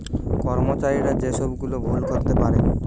কর্মচারীরা যে সব গুলা ভুল করতে পারে